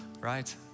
Right